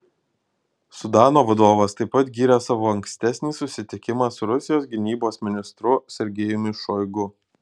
sudano vadovas taip pat gyrė savo ankstesnį susitikimą su rusijos gynybos ministru sergejumi šoigu